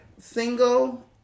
Single